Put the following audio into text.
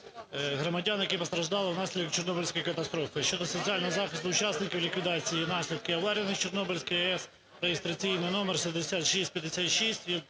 громадян, які постраждали внаслідок Чорнобильської катастрофи" (щодо соціального захисту учасників ліквідації наслідків аварії на Чорнобильській АЕС) (реєстраційний номер 6656